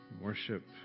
Worship